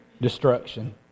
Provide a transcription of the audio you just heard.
destruction